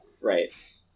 Right